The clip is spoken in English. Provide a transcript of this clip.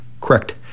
Correct